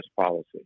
policy